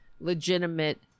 legitimate